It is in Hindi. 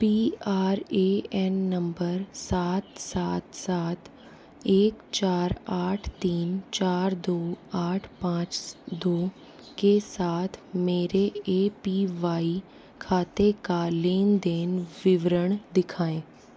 P R A N number सात सात सात एक चार आठ तीन चार दो आठ पाँच दो के साथ मेरे ए पी वाई खाते का लेन देन विवरण दिखाएँ